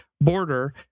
border